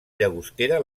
llagostera